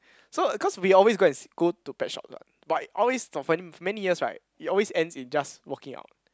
so cause we always go and see go to pet shops what but it always for finding many years right it always ends in just walking out